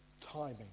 timing